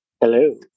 Hello